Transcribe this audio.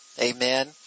Amen